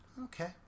Okay